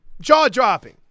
Jaw-dropping